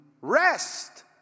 rest